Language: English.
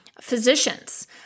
Physicians